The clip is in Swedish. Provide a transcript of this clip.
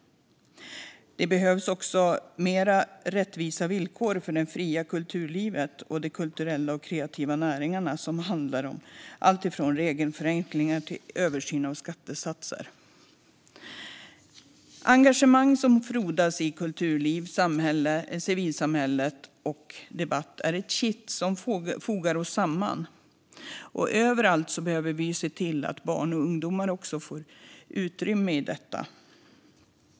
Det behövs dock mer rättvisa villkor för det fria kulturlivet och de kulturella och kreativa näringarna, som handlar om allt från regelförenklingar till översyn av skattesatser. Engagemang som frodas i kulturliv, civilsamhälle och debatt är ett kitt som fogar samman samhället. Överallt behöver man se till att barn och ungdomar får utrymme i detta.